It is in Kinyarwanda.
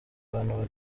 abantu